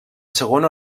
segona